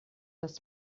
das